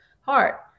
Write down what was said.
heart